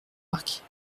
arques